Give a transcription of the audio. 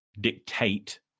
dictate